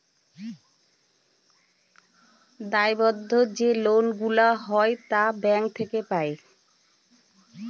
দায়বদ্ধ যে লোন গুলা হয় তা ব্যাঙ্ক থেকে পাই